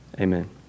Amen